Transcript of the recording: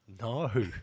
No